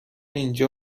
اینجا